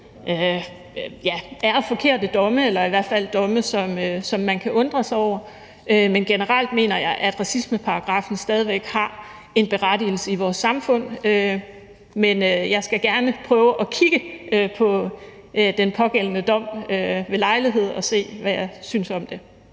forkerte domme eller i hvert fald domme, som man kan undre sig over, men generelt mener jeg, at racismeparagraffen stadig væk har en berettigelse i vores samfund. Men jeg skal gerne prøve at kigge på den pågældende dom ved lejlighed og se, hvad jeg synes om det.